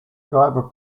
driver